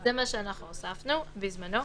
זה מה שהוספנו בזמנו.